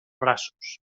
braços